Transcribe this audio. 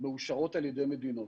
מאושרת על ידי מדינות.